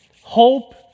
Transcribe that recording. Hope